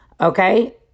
Okay